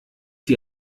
die